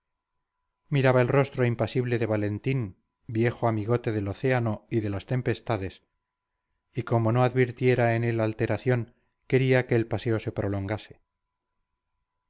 miraba el rostro impasible de valentín viejo amigote del océano y de las tempestades y como no advirtiera en él alteración quería que el paseo se prolongase rara